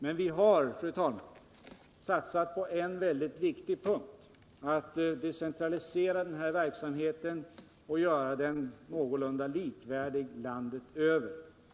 Men vi har, fru talman, satsat på något väldigt viktigt: att decentralisera den här verksamheten och att göra den någorlunda likvärdig landet över.